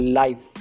life